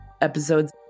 episodes